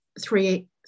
three